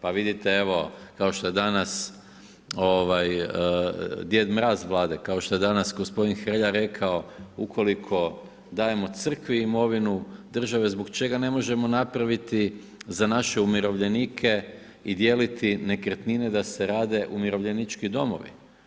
Pa vidite evo, kao što je danas djed mraz Vlade, kao što je danas gospodin Hrelja rekao, ukoliko dajemo crkvi imovinu države zbog čega ne možemo napraviti za naše umirovljenike i dijeliti nekretnine da se rade umirovljenički domovi?